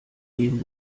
gehen